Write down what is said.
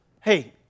hey